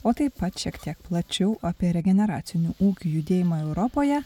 o taip pat šiek tiek plačiau apie regeneracinių ūkių judėjimą europoje